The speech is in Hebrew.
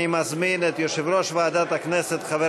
אני מזמין את יושב-ראש ועדת הכנסת חבר